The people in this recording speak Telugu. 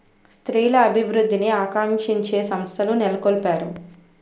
స్త్రీల అభివృద్ధిని ఆకాంక్షించే సంస్థలు నెలకొల్పారు